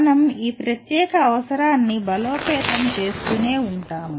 మనం ఈ ప్రత్యేక అవసరాన్ని బలోపేతం చేస్తూనే ఉంటాము